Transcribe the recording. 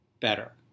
better